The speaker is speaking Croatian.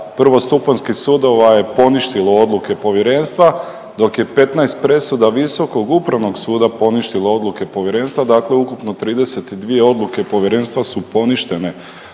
prvostupanjskih sudova je poništilo odluke povjerenstva dok je 15 presuda Visokog upravnog suda poništilo odluke povjerenstva, dakle ukupno 32 odluke povjerenstva su poništene